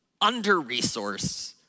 under-resourced